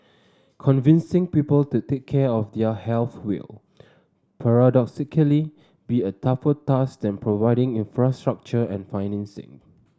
convincing people to take care of their health will paradoxically be a tougher task than providing infrastructure and financing